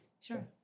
Sure